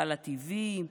הלא TV,